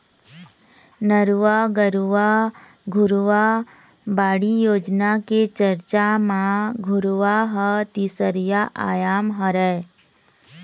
नरूवा, गरूवा, घुरूवा, बाड़ी योजना के चरचा म घुरूवा ह तीसरइया आयाम हरय